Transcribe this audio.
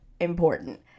important